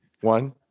One